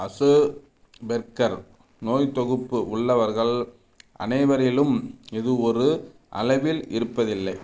அசு பெர்கர் நோய்த் தொகுப்பு உள்ளவர்கள் அனைவரிலும் இது ஒரு அளவில் இருப்பதில்லை